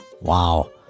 Wow